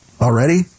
Already